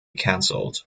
cancelled